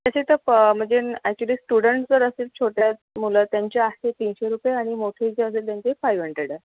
तशी तर कॉ म्हजेन ॲक्चुअली स्टुडन्टस जर असतील छोट्या मुलं त्यांचे आहे तीनशे रूपये आणि मोठे जे असेल त्यांचे फाईव्ह हंड्रेड आहे